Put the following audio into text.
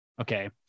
Okay